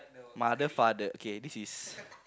mother father okay this is